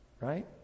Right